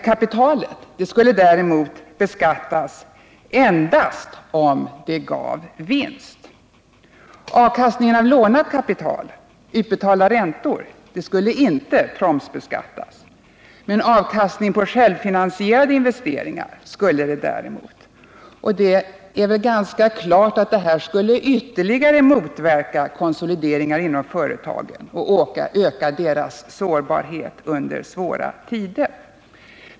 Kapitalet skulle däremot beskattas endast om det gav vinst. Avkastningen på lånat kapital — utbetalda räntor — skulle inte produktionsfaktorsbeskattas, men avkastningen på självfinansierade investeringar skulle beskattas. Det är väl ganska klart att detta ytterligare skulle motverka konsolideringar inom företagen och öka deras sårbarhet under svåra tider.